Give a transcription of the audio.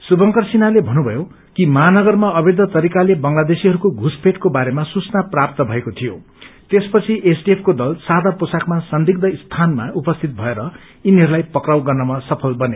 श्रुभङकर सिन्हले भन्नुभयो कि महानगरमा अवैध तरीकाले बंगलादेशीहरूको पुसपैठको बारेमा सूचना प्राप्त भएको थियो त्यसपछि एसऔएफ को दल साधा पोशाकमा संदिग्व स्थानमा उपस्थित भएर यिनीहरूलाई पक्राउ गर्नमा सफल बने